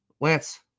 Lance